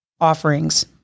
offerings